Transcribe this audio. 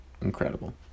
incredible